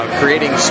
creating